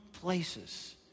places